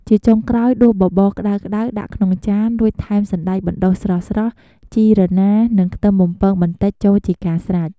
ជាចុងក្រោយ ដួសបបរក្តៅៗដាក់ក្នុងចាន រួចថែមសណ្ដែកបណ្ដុះស្រស់ៗ ជីរណារ និង ខ្ទឹមបំពងបន្តិចចូលជាការស្រេច។